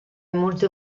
molte